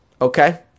okay